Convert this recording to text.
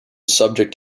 subject